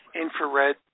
infrared